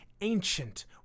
Ancient